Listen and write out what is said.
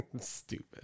Stupid